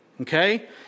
Okay